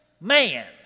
man